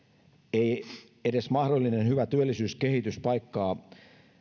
ei edes mahdollinen hyvä työllisyyskehitys paikkaa